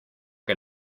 que